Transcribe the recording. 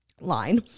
line